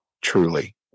truly